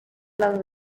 las